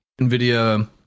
NVIDIA